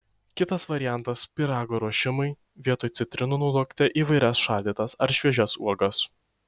kitas variantas pyrago ruošimui vietoj citrinų naudokite įvairias šaldytas ar šviežias uogas